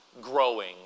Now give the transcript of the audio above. growing